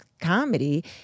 comedy